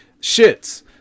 shits